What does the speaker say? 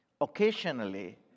occasionally